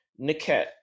niket